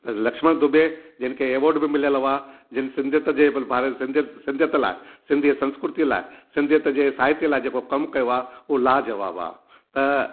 लक्ष्मण दुबे जिनखे अवॉड बि मिलियल हुआ जिन सिंधियत जे बल बारे सिंधियत लाइ सिंधीअ संस्कृतिअ लाइ सिंधियत जे साहित्य लाइ जको कमु कयो आहे उहो लाजवाबु आहे त